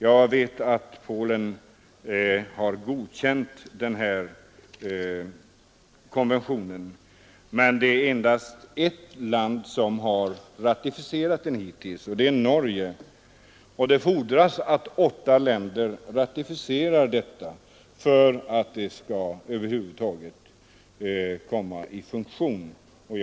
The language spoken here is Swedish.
Jag vet att Polen har godkänt den här konventionen, men det är endast ett land som har ratificerat den hittills och det är Norge. Det fordras att åtta länder ratificerar konventionen för att den över huvud taget skall träda i kraft.